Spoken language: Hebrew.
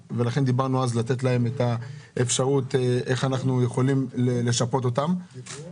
דיברנו בעבר על אופציה לשפות אותם בגין הדבר הזה.